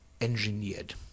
engineered